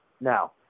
now